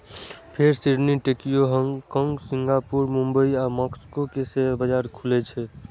फेर Sydney, Tokyo, Hong Kong, Singapore, Mumbai आ Moscow के शेयर बाजार खुलै छै